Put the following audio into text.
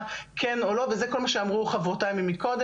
כן או לא וזה כל מה שאמרו חברותיי ממקודם,